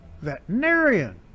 Veterinarian